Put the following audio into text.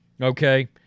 Okay